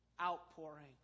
outpouring